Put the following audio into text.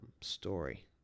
story